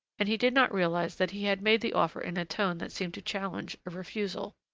and he did not realize that he had made the offer in a tone that seemed to challenge a refusal.